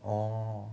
orh